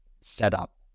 setup